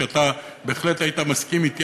שאתה בהחלט היית מסכים אתי,